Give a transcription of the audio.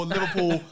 Liverpool